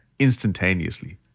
instantaneously